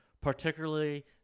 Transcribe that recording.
particularly